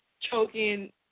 choking